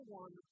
one